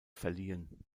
verliehen